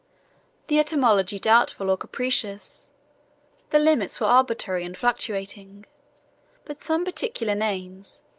the etymology doubtful or capricious the limits were arbitrary and fluctuating but some particular names,